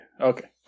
okay